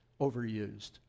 overused